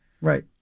Right